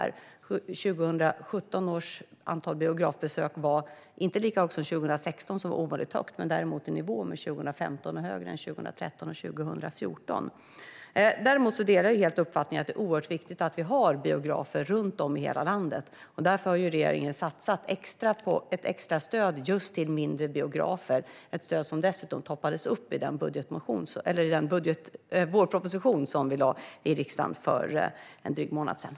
År 2017 var antalet biografbesök inte lika högt som 2016, då det var ovanligt högt. Det var däremot i nivå med 2015 och högre än 2013 och 2014. Däremot delar jag helt uppfattningen att det är oerhört viktigt att vi har biografer runt om i hela landet. Därför har regeringen satsat på ett extrastöd just till mindre biografer. Det är ett stöd som dessutom toppades i den vårproposition som vi lade fram för riksdagen för en dryg månad sedan.